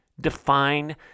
define